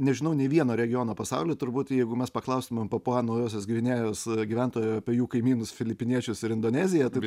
nežinau nei vieno regiono pasaulyje turbūt jeigu mes paklaustumėm papua naujosios gvinėjos gyventojų apie jų kaimynus filipiniečius ir indoneziją tai